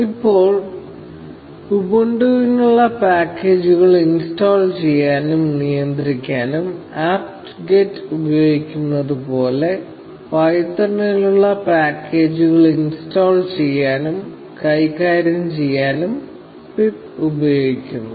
ഇപ്പോൾ ഉബുണ്ടുവിനുള്ള പാക്കേജുകൾ ഇൻസ്റ്റാൾ ചെയ്യാനും നിയന്ത്രിക്കാനും apt get ഉപയോഗിക്കുന്നത് പോലെ പൈത്തണിനുള്ള പാക്കേജുകൾ ഇൻസ്റ്റാൾ ചെയ്യാനും കൈകാര്യം ചെയ്യാനും പിപ്പ് ഉപയോഗിക്കുന്നു